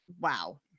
wow